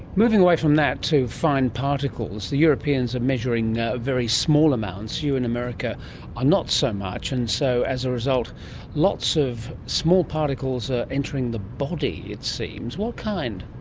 moving away from that to fine particles. the europeans are measuring very small amounts. you in america are not so much, and so as a result lots of small particles are entering the body, it seems. what kind?